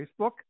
Facebook